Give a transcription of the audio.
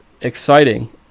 exciting